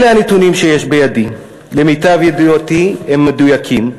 אלה הנתונים שיש בידי, למיטב ידיעתי הם מדויקים.